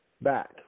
back